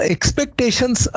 Expectations